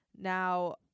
now